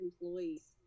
employees